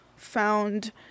found